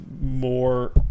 more